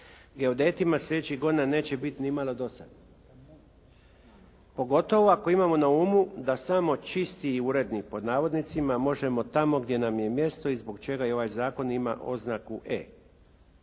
geodetima sljedećih godina neće biti nimalo dosadno. Pogotovo ako imao na umu da samo "čisti i uredni" možemo tamo gdje nam je mjesto i zbog čega ovaj zakon ima oznaku E.